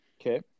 Okay